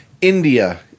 India